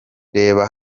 reba